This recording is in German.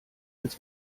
als